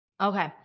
okay